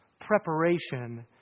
preparation